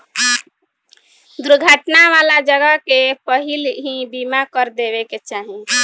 दुर्घटना वाला जगह के पहिलही बीमा कर देवे के चाही